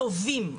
טובים,